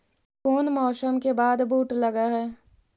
कोन मौसम के बाद बुट लग है?